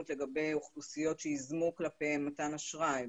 לגבי אוכלוסיות שייזמו כלפיהן מתן אשראי.